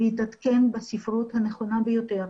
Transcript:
להתעדכן בספרות הנכונה ביותר,